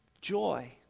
Joy